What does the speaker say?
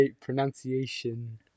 pronunciation